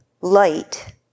light